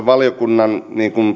valiokunnan